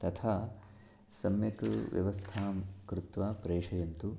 तथा सम्यक् व्यवस्थां कृत्वा प्रेषयन्तु